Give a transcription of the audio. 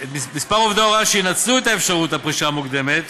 של מספר עובדי ההוראה שינצלו את האפשרות לפרישה מוקדמת